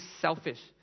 selfish